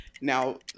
now